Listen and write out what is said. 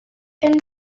and